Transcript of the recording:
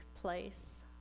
place